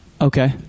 Okay